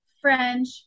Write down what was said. French